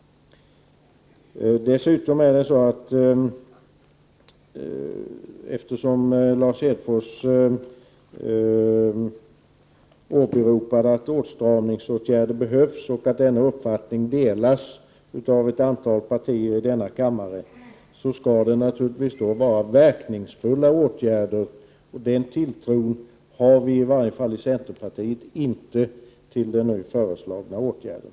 Lars Hedfors åberopar att åstramningsåtgärder behövs och menar att denna uppfattning delas av ett antal partier i denna kammare. Men då skall det naturligtvis vara verkningsfulla åtgärder. Den tilltron har i varje fall inte vi i centerpartiet när det gäller den nu föreslagna åtgärden.